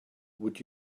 would